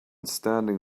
standing